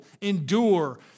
endure